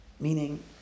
meaning